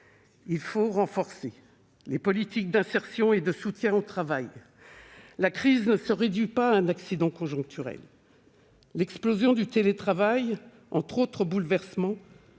Il faut renforcer les politiques d'insertion et de soutien au travail, car la crise ne se réduit pas à un accident conjoncturel. L'explosion du télétravail, entre autres bouleversements,